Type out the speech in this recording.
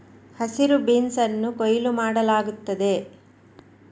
ಹಸಿರು ಬೀನ್ಸ್ ಅನ್ನು ಕೊಯ್ಲು ಮಾಡಲಾಗುತ್ತದೆ